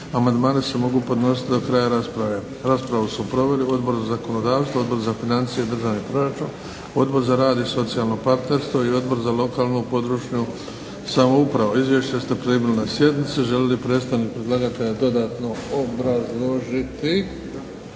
Amandmani se mogu podnositi do kraja rasprave. Raspravu su proveli Odbor za zakonodavstvo, Odbor za financije i državni proračun, Odbor za rad i socijalno partnerstvo i Odbor za lokalnu i područnu samoupravu. Izvješća ste primili na sjednici. Želi li predstavnik predlagatelja dodatno obrazložiti